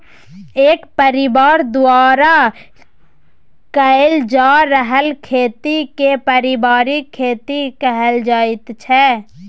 एक परिबार द्वारा कएल जा रहल खेती केँ परिबारिक खेती कहल जाइत छै